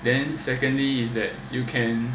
then secondly is that you can